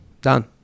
Done